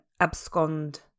abscond